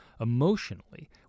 emotionally